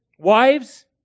Wives